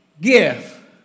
give